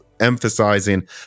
emphasizing